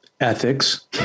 ethics